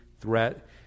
threat